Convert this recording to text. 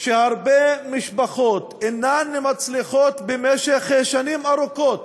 שהרבה משפחות אינן מצליחות במשך שנים ארוכות